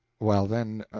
well, then,